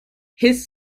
his